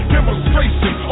Demonstration